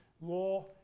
law